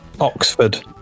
Oxford